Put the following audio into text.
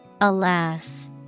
Alas